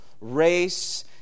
race